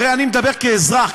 הרי אני מדבר כאזרח,